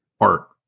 art